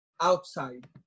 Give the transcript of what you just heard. outside